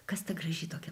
kas ta graži tokia